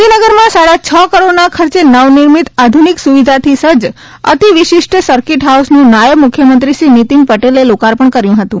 ગાંધીનગરમાં સાડા છ કરોડના ખર્ચે નવનિર્મિત આધુનિક સુવિધાથી સજ્જ અતિ વિશિષ્ટ સરકીટ હાઉસનું નાયબ મુખ્યમંત્રીશ્રી નીતિન પટેલે લોકાર્પણ કર્યુ હતું